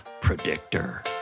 Predictor